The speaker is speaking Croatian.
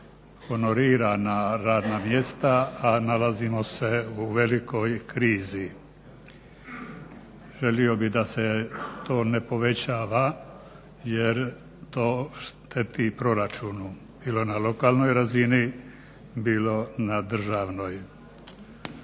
honorirana radna mjesta, a nalazimo se u velikoj krizi. Želio bih da se to ne povećava jer to šteti proračunu, bilo na lokalnoj razini, bilo na državnoj.